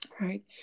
Right